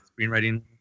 screenwriting